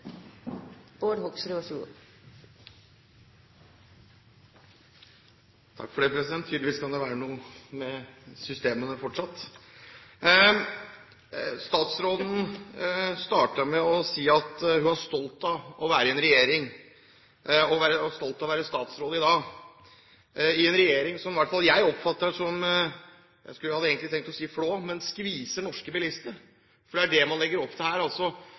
Vær så god. Takk for det, president. Tydeligvis kan det være noe med systemene fortsatt. Statsråden startet med å si at hun var stolt av å være statsråd i dag, i en regjering som i hvert fall jeg oppfatter som – jeg hadde egentlig tenkt å si flår – skviser norske bilister. For det er det man legger opp til her.